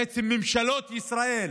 בעצם, ממשלות ישראל